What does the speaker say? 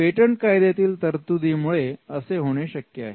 patent कायद्यातील तरतुदींमुळे असे होणे शक्य आहे